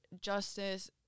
justice